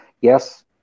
Yes